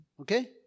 Okay